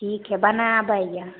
ठीक हइ बनाबैए